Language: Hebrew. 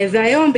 והיום,